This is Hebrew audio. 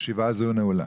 הישיבה ננעלה